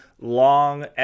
long